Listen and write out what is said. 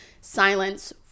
silence